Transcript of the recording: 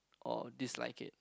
or dislike it